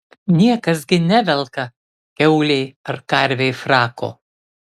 niekas gi nevelka kiaulei ar karvei frako